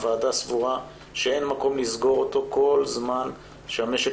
הוועדה סבורה שאין מקום לסגור אותו כל זמן שהמשק